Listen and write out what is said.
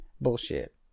Bullshit